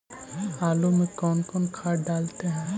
आलू में कौन कौन खाद डालते हैं?